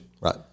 right